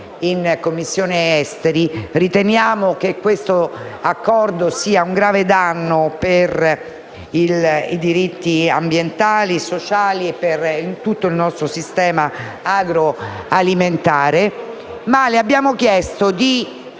in Commissione esteri: riteniamo che questo accordo rappresenti un grave danno per i diritti ambientali e sociali e per tutto il nostro sistema agroalimentare. Le abbiamo chiesto di